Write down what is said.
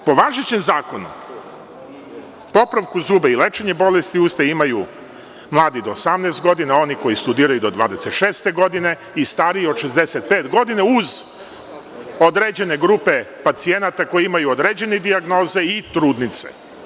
Po važećem zakonu popravku zuba i lečenje bolesti usta imaju mladi do 18 godina, oni koji studiraju do 26 godine i stariji od 65 godina, uz određene grupe pacijenata koji imaju određene dijagnoze i trudnice.